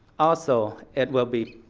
also, it will be